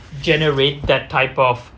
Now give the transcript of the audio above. generate that type of